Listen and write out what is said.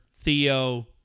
Theo